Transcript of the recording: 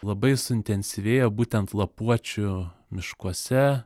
labai suintensyvėjo būtent lapuočių miškuose